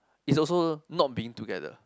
it's also not being together